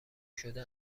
شده